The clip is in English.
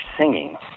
singing